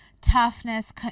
toughness